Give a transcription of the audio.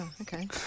okay